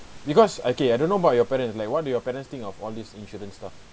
because okay I don't know about your parent like what do your parents think of all these insurance stuff